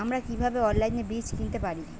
আমরা কীভাবে অনলাইনে বীজ কিনতে পারি?